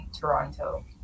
Toronto